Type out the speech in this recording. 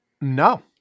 No